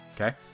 okay